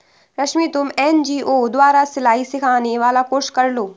रश्मि तुम एन.जी.ओ द्वारा सिलाई सिखाने वाला कोर्स कर लो